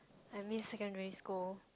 I miss secondary school